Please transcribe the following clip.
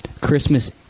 Christmas